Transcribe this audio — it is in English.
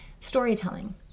storytelling